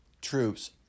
troops